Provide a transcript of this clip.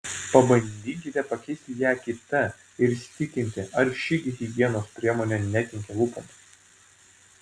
pabandykite pakeisti ją kita ir įsitikinti ar ši higienos priemonė nekenkia lūpoms